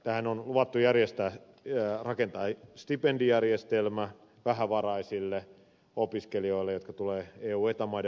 tähän on luvattu rakentaa stipendijärjestelmä vähävaraisille opiskelijoille jotka tulevat eu ja eta maiden ulkopuolelta